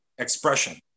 Expression